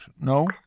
no